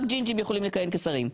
רק ג'ינג'ים יכולים לכהן כשרים.